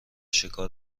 شکار